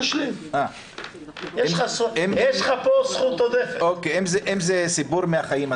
אם זה סיפור מהחיים.